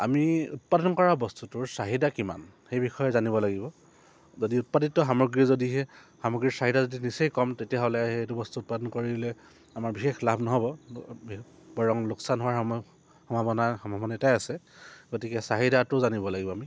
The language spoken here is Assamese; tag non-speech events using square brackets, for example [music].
আমি উৎপাদন কৰা বস্তুটোৰ চাহিদা কিমান সেই বিষয়ে জানিব লাগিব যদি উৎপাদিত সামগ্ৰী যদিহে সামগ্ৰীৰ চাহিদা যদি নিচেই কম তেতিয়াহ'লে সেইটো বস্তু উৎপাদন কৰিলে আমাৰ বিশেষ লাভ নহ'ব বৰং লোকচান হোৱাৰ সম সম্ভাৱনা [unintelligible] আছে গতিকে চাহিদাটো জানিব লাগিব আমি